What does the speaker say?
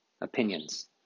opinions